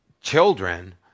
children